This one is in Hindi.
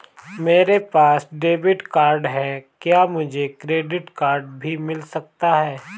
मेरे पास डेबिट कार्ड है क्या मुझे क्रेडिट कार्ड भी मिल सकता है?